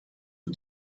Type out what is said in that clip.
who